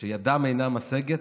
שידם אינה משגת,